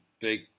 big